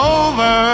over